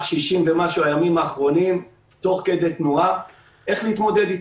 60 ומשהו הימים האחרונים תוך כדי תנועה איך להתמודד איתו.